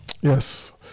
Yes